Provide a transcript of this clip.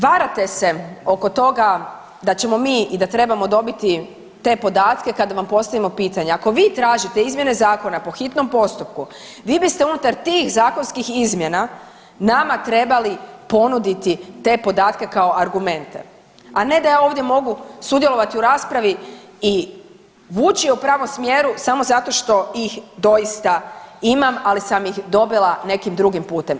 Varate se oko toga da ćemo mi i da trebamo dobiti te podatke kada vam postavimo pitanje, ako vi tražite izmjene zakona po hitnom postupku, vi biste unutar tih zakonskih izmjena nama trebali ponuditi te podatke kao argumente a ne da ja ovdje mogu sudjelovati u raspravi i vući u pravom smjeru samo zato što ih doista imam ali sam ih dobila nekim drugim putem.